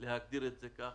בשביל להגדיר את זה ככה.